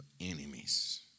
enemies